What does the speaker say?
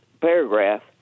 paragraph